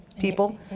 people